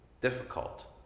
Difficult